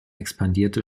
expandierte